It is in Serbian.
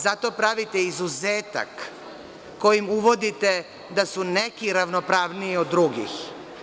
Zato pravite izuzetak kojim uvodite da su neki ravnopravniji od drugih.